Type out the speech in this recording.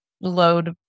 load